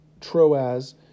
Troas